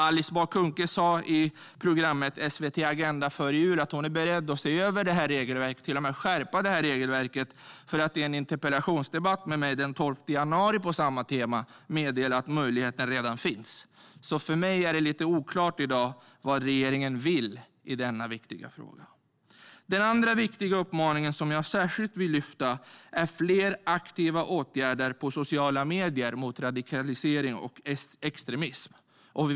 Alice Bah Kuhnke sa före jul i Agenda på SVT att hon var beredd att se över, till och med skärpa, regelverket. Men i en interpellationsdebatt med mig på samma tema den 12 januari meddelade hon att möjligheten redan finns. För mig är det alltså lite oklart vad regeringen vill i denna viktiga fråga. Den andra viktiga uppmaningen som jag särskilt vill lyfta fram är att det behövs fler aktiva åtgärder på sociala medier mot radikalisering och extremism.